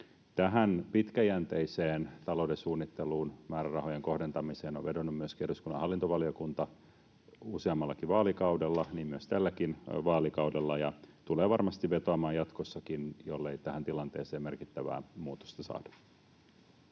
Tähän pitkäjänteiseen talouden suunnitteluun, määrärahojen kohdentamiseen, on vedonnut myöskin eduskunnan hallintovaliokunta useammallakin vaalikaudella, niin myös tällä vaalikaudella, ja tulee varmasti vetoamaan jatkossakin, jollei tähän tilanteeseen merkittävää muutosta saada.